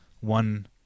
one